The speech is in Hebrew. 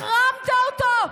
החרמת אותו.